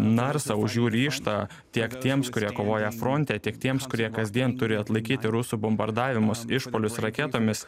narsą už jų ryžtą tiek tiems kurie kovoja fronte tiek tiems kurie kasdien turi atlaikyti rusų bombardavimus išpuolius raketomis